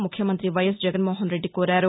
ముఖ్యమంతి వైఎస్ జగన్మోహన్ రెడ్డి కోరారు